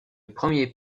premier